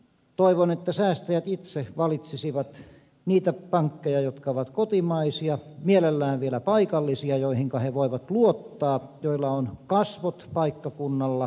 toivon että säästäjät itse valitsisivat niitä pankkeja jotka ovat kotimaisia mielellään vielä paikallisia pankkeja joihinka he voivat luottaa joilla on kasvot paikkakunnalla perinteet